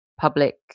public